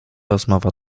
rozmowa